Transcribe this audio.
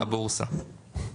הבורסה.